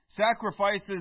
sacrifices